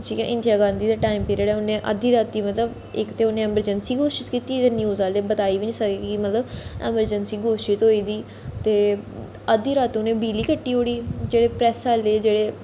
जियां इंदरा गांधी दा time period हा उन्ने अद्धी राती मतलब इक ते उन्नै अमरजैंसी घोशत कीती ही ते न्यूज आह्ले बताई बी नेई सके कि मतलब अमरजैंसी घोशत होई दी ते अद्धी रात उ'नें बिजली कट्टी ओड़ी जेह्ड़े प्रैस आह्ले जेह्ड़े